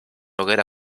haguera